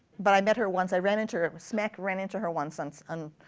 but i met her once. i ran into her, smack-ran into her once once on